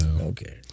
Okay